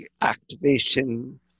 activation